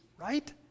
right